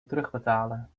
terugbetalen